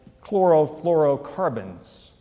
chlorofluorocarbons